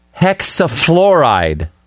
hexafluoride